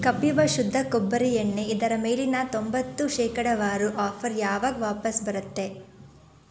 ಕಪೀವಾ ಶುದ್ಧ ಕೊಬ್ಬರಿ ಎಣ್ಣೆ ಇದರ ಮೇಲಿನ ತೊಂಬತ್ತು ಶೇಕಡಾವಾರು ಆಫರ್ ಯಾವಾಗ ವಾಪಸ್ ಬರುತ್ತೆ